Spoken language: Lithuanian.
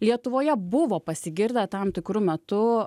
lietuvoje buvo pasigirdę tam tikru metu